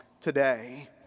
today